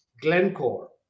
Glencore